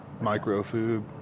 micro-food